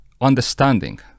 understanding